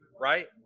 right